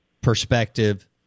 perspective